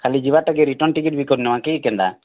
ଖାଲି ଯିବାର୍ ଟା କି ରିଟର୍ଣ୍ଣ ଟିକେଟ୍ ବି କରିନେମା କି କେନ୍ତା